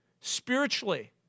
Spiritually